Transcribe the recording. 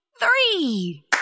three